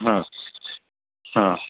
हां हां